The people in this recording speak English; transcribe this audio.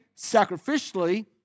sacrificially